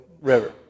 River